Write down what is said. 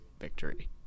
victory